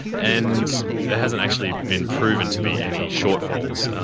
and there hasn't actually been proven to be any shortfalls.